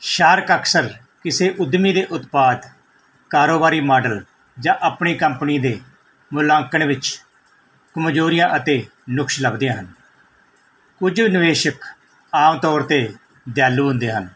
shark ਅਕਸਰ ਕਿਸੇ ਉਦਮੀ ਦੇ ਉਤਪਾਦ ਕਾਰੋਬਾਰੀ ਮਾਡਲ ਜਾਂ ਆਪਣੀ ਕੰਪਨੀ ਦੇ ਮੁਲਾਂਕਣ ਵਿੱਚ ਕਮਜ਼ੋਰੀਆਂ ਅਤੇ ਨੁਕਸ ਲੱਭਦੇ ਹਨ ਕੁਝ ਨਿਵੇਸ਼ਕ ਆਮ ਤੌਰ 'ਤੇ ਦਿਆਲੂ ਹੁੰਦੇ ਹਨ